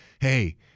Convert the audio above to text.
hey